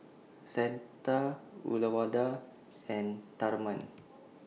Santha Uyyalawada and Tharman